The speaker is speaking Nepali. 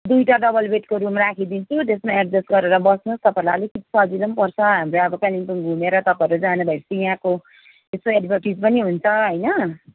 दुइटा डबल बेडको रुम राखिदिन्छु त्यसमा एड्जस्ट गरेर बस्नुहोस् तपाईँहरूलाई अलिकति सजिलो पनि पर्छ हाम्रो अब कालिम्पोङ घुमेर तपाईँहरू जानुभएपछि यहाँको यसो एड्भटिज पनि हुन्छ होइन